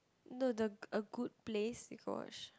no the a good place you got watch